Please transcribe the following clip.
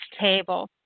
table